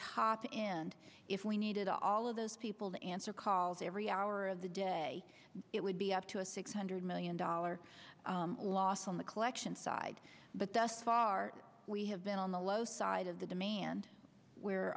top end if we needed all of those people the answer calls every hour of the day it would be up to a six hundred million dollars loss on the collection side but thus far we have been on the low side of the demand where